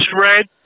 red